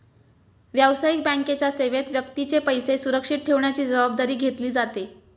व्यावसायिक बँकेच्या सेवेत व्यक्तीचे पैसे सुरक्षित ठेवण्याची जबाबदारी घेतली जाते